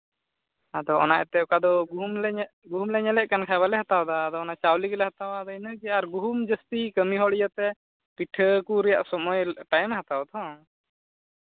ᱟᱫᱚ ᱚᱱᱟ ᱤᱭᱟᱹᱛᱮ ᱚᱠᱟ ᱫᱚ ᱜᱩᱦᱩᱢ ᱜᱩᱦᱩᱢ ᱞᱮ ᱧᱮᱞᱮᱫ ᱠᱟᱱ ᱠᱷᱟᱱ ᱵᱟᱞᱮ ᱦᱟᱛᱟᱣᱫᱟ ᱟᱫᱚ ᱚᱱᱟ ᱪᱟᱣᱞᱮ ᱜᱮᱞᱮ ᱦᱟᱛᱟᱣᱟ ᱤᱱᱟᱹ ᱜᱮ ᱟᱨ ᱜᱩᱦᱩᱢ ᱡᱟᱹᱥᱛᱤ ᱠᱟᱹᱢᱤ ᱦᱚᱲ ᱤᱭᱟᱹᱛᱮ ᱯᱤᱴᱷᱟᱹ ᱠᱚ ᱨᱮᱭᱟᱜ ᱥᱚᱢᱚᱭ ᱴᱟᱭᱤᱢᱮ ᱦᱟᱛᱟᱣᱟᱛᱚ